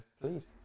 please